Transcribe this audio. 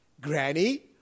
Granny